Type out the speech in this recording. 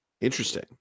Interesting